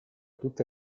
tutte